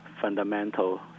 fundamental